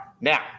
now